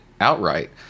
outright